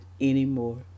anymore